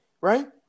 right